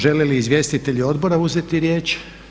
Žele li izvjestitelji Odbora uzeti riječ?